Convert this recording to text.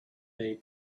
they